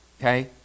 okay